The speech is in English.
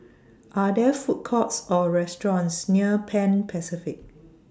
Are There Food Courts Or restaurants near Pan Pacific